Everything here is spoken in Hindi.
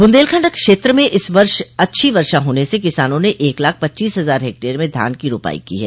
बुन्देलखंड क्षेत्र में इस वर्ष अच्छी वर्षा होने से किसानों ने एक लाख पच्चीस हजार हेक्टेयर में धान की रोपाई की है